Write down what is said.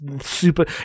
super